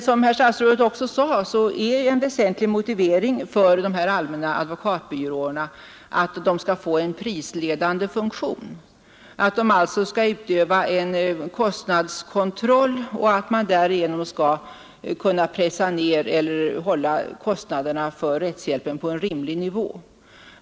Som statsrådet också sade, är en väsentlig motivering för de allmänna advokatbyråerna att de skall få en prisledande funktion, att de skall utöva en kostnadskontroll och att man därigenom skall kunna pressa ned eller hålla kostnaderna för rättshjälpen på en rimlig nivå.